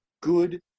good